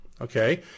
Okay